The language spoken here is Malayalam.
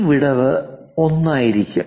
ഈ വിടവ് ഒന്നായിരിക്കും